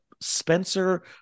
Spencer